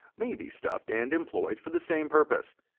may be stuffed and employed for the same purpose.